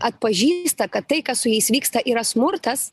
atpažįsta kad tai kas su jais vyksta yra smurtas